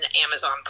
Amazon